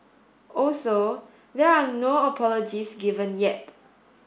also there are no apologies given yet